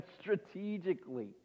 strategically